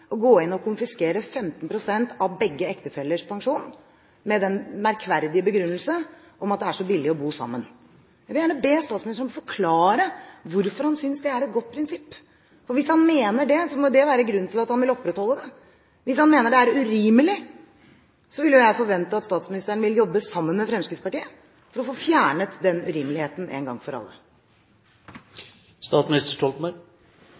å gå inn og konfiskere 15 pst. av begge ektefellers pensjon, med den merkverdige begrunnelsen at det er så billig å bo sammen. Jeg vil gjerne be statsministeren om å forklare hvorfor han synes at det er et godt prinsipp. Hvis han mener det, må det være grunnen til at han vil opprettholde det. Hvis han mener det er urimelig, forventer jeg at statsministeren vil jobbe sammen med Fremskrittspartiet for å få fjernet den urimeligheten en gang for